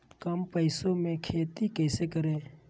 कम पैसों में खेती कैसे करें?